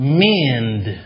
mend